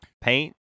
paint